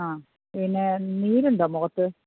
ആ പിന്നെ നീരുണ്ടോ മുഖത്ത്